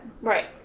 Right